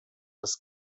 des